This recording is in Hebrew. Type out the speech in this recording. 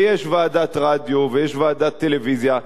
ויש ועדת רדיו ויש ועדת טלוויזיה.